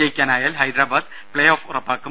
ജയിക്കാനായാൽ Hyderabad play off ഉറപ്പാക്കും